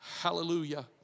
Hallelujah